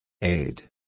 Aid